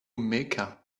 mecca